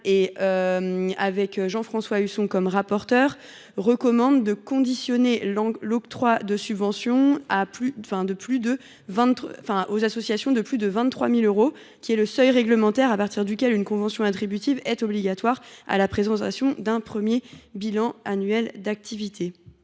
et dont Jean François Husson était le rapporteur, recommandait de « conditionner l’octroi de subventions de plus de 23 000 euros, qui est le seuil réglementaire à partir duquel une convention attributive est obligatoire, à la présentation d’un premier bilan annuel d’activité